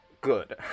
good